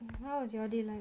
how's your day like